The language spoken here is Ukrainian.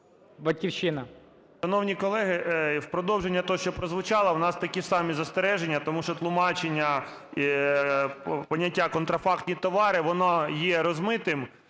"Батьківщина".